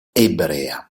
ebrea